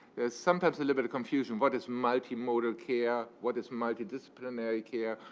there's sometimes a little bit of confusion. what is multimodal care? what is multidisciplinary care?